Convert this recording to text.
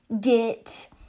get